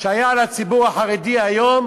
שהיו על הציבור החרדי היום,